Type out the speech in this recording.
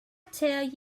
tell